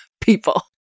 people